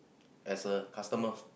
as a customer